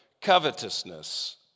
covetousness